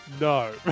No